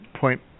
point